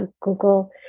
Google